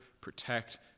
protect